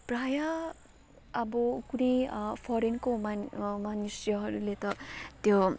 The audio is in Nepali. प्रायः अब कुनै फरेनको मान मनुष्यहरूले त त्यो